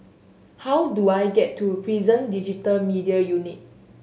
how do I get to Prison Digital Media Unit